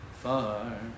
far